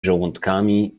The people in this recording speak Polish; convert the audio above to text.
żołądkami